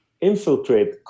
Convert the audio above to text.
infiltrate